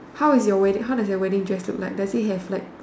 how is your wedding how does your wedding dress look like does it have like